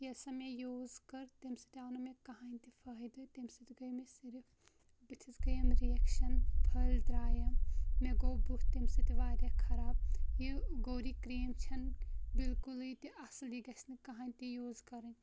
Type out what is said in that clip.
ییٚلہِ سۄ مےٚ یوٗز کٔر تمہِ سۭتۍ آو نہٕ مےٚ کانٛہہ تہِ فٲیدٕ تمہِ سۭتۍ گٔیے مےٚ صِرف بٔتھِس گٔیَم رِیَکشَن پھٔلۍ درٛایَم مےٚ گوٚو بُتھ تمہِ سۭتۍ واریاہ خَراب یہِ گوری کرٛیٖم چھَنہٕ بِلکُلٕے تہِ اَصٕل یہِ گژھ نہٕ کانٛہہ تہِ یوٗز کَرٕنۍ